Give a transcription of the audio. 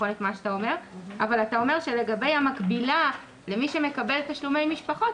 אבל אתה אומר שלגבי המקבילה למי שמקבל תשלומי משפחות,